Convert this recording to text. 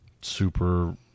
Super